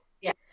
Yes